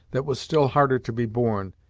that was still harder to be borne,